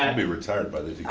um be retired by then.